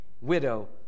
widow